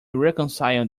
reconcile